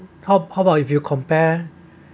how how about if you compare